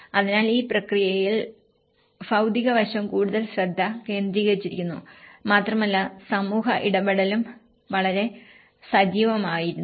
അതിനാൽ ഈ പ്രക്രിയയിൽ ഭൌതിക വശം കൂടുതൽ ശ്രദ്ധ കേന്ദ്രീകരിക്കുന്നു മാത്രമല്ല സമൂഹ ഇടപഴകലും വളരെ സജീവമായിരുന്നു